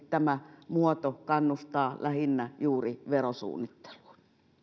tämä muoto nimenomaisesti kannustaa lähinnä juuri verosuunnittelua